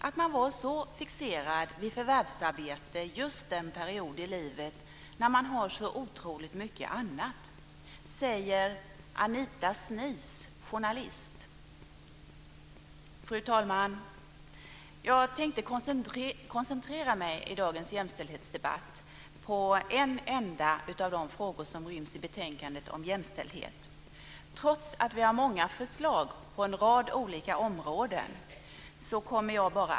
Att man var så fixerad vi förvärvsarbete just den period i livet när man har så otroligt mycket annat, säger Fru talman! Jag tänkte i dagens jämställdhetsdebatt koncentrera mig på en enda av de frågor som ryms i betänkandet om jämställdhet, trots att vi har många förslag på en rad olika områden.